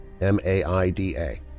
M-A-I-D-A